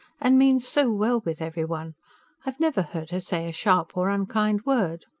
and means so well with every one i've never heard her say a sharp or unkind word